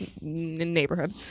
neighborhood